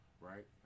right